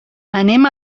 anem